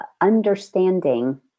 understanding